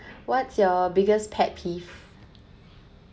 what's your biggest pet peeve